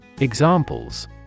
Examples